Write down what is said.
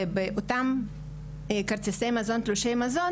באותם תלושי מזון,